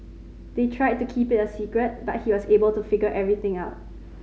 they tried to keep it a secret but he was able to figure everything out